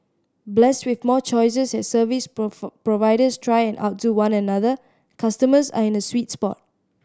blessed with more choices as service providers try and outdo one another customers are in a sweet spot